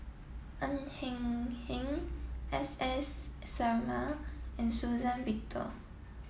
Ng Hen Hen S S Sarma and Suzann Victor